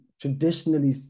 traditionally